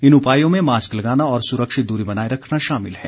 इन उपायों में मास्क लगाना और सुरक्षित दूरी बनाए रखना शामिल है